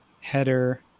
header